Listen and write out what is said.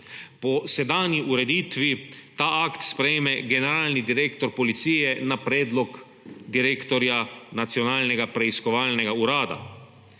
Po sedanju ureditvi ta akt sprejme generalni direktor Policije na predlog direktorja Nacionalnega preiskovalnega urada.